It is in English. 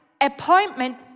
appointment